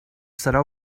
serà